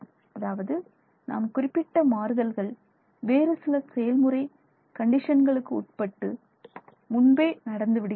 அதாவது நாம் குறிப்பிட்ட மாறுதல்கள் வேறுசில செயல்முறை கண்டிசன்களுக்கு உட்பட்டு முன்பே நடந்து விடுகின்றன